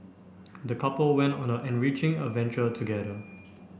the couple went on a enriching adventure together